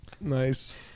Nice